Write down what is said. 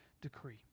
decree